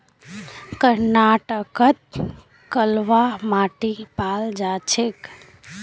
कर्नाटकत कलवा माटी पाल जा छेक